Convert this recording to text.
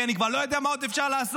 כי אני כבר לא יודע מה עוד אפשר לעשות.